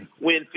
win